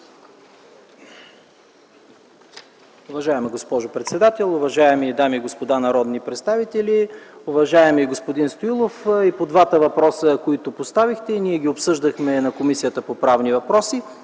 Уважаема госпожо председател, уважаеми дами и господа народни представители! Уважаеми господин Стоилов, и двата въпроса, които поставихте, ние ги обсъждахме в Комисията по правни въпроси.